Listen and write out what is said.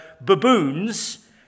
Baboons